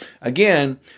again